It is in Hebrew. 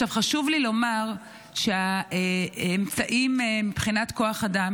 חשוב לי לומר שהאמצעים מבחינת כוח אדם